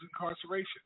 incarceration